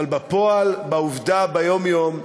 אבל בפועל, בעובדה, ביום-יום,